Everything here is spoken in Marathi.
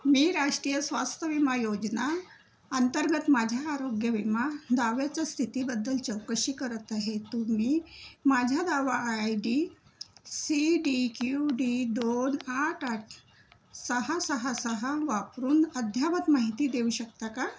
मी राष्ट्रीय स्वास्थ विमा योजना अंतर्गत माझ्या आरोग्य विमा दाव्याच्या स्थितीबद्दल चौकशी करत आहे तुम्ही माझ्या दावा I D C D Q D दोन आठ आठ सहा सहा सहा वापरून अद्ययावत माहिती देऊ शकता का